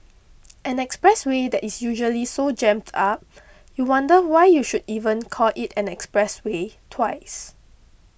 an expressway that is usually so jammed up you wonder why you should even call it an expressway twice